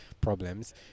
problems